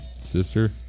Sister